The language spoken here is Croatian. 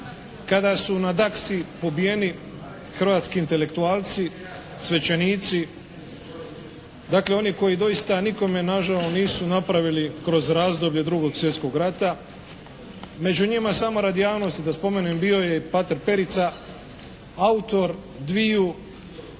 kada su na Daksi pobijeni hrvatski intelektualci, svećenici, dakle oni koji doista nikome nažao nisu napravili kroz razdoblje 2. svjetskog rata. Među njima samo radi javnosti da spomenem bio je i pater Perica, autor dviju